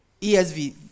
ESV